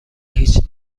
هیچ